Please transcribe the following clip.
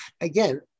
again